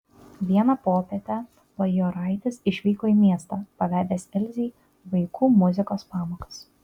vieną popietę bajoraitis išvyko į miestą pavedęs elzei vaikų muzikos pamokas